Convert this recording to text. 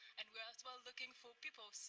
and we are also ah looking for people